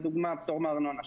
לדוגמה פטור מארנונה,